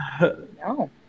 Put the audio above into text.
No